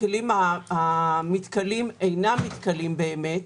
הכלים המתכלים אינם מתכלים באמת,